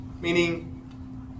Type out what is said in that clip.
meaning